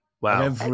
Wow